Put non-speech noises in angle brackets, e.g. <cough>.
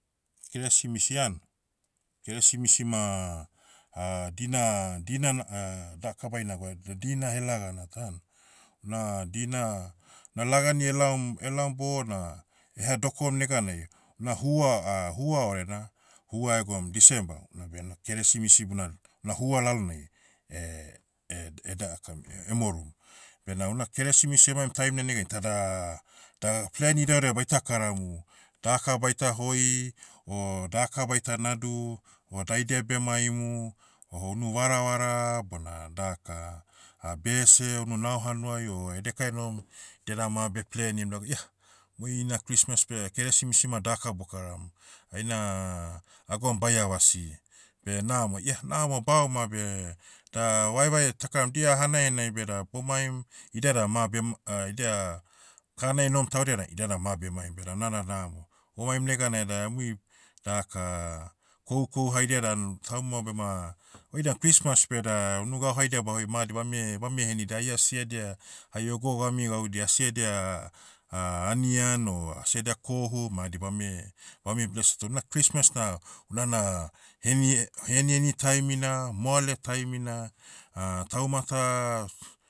Keresimisi an. Keresimisi ma, <hesitation> dina- dina na- <hesitation> daka bainagwa, da dina helagana tan. Una, dina, na lagani elaom- elaom bona, eha dokom neganai, una hua, <hesitation> hua orena, hua egom december, una bena keresimisi buna, una hua lalonai, eh- <hesitation> d- <hesitation> dakam, emorum. Bena una keresimisi emaim taimna negan itada, da plan idaudia baita karamu. Daka baita hoi, o daka baita nadu, o daidia bemaimu, o unu varavara, bona daka, <hesitation> bese, unu nao hanuai o edekai enohom, dia dan ma beh plenim, laga ia, mui ina christmas beh keresimisi ma daka bokaram. Aina, agwaum baia vasi, beh namo ia namo baoma beh, da vaevae takaram dia hanai hanai beda bomaim, idia dan ma bem- <hesitation> idia, kanai enohom taudia dan, idia dan ma bemaim beda una na namo. Omaim neganai da emui, daka, kohu kohu haidia dan, tauma bema, oida christmas beda, unu gau haidia bahoi madi bame- bame henida ai asi edia, hai ogogami gaudia asi edia, <hesitation> anian o, asi edia kohu, madi bame, bame bles tona christmas na, unana, henie- heniheni taimina, moale taimina, <hesitation> tauma ta, s-